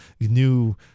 new